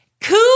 Cool